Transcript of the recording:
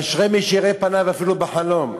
אשרי מי שיראה פניו אפילו בחלום.